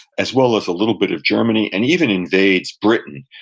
as well as a little bit of germany, and even invades britain,